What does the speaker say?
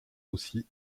aussi